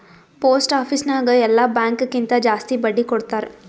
post office ನಾಗ್ ಎಲ್ಲಾ bank ಕಿಂತಾ ಜಾಸ್ತಿ ಬಡ್ಡಿ ಕೊಡ್ತಾರ್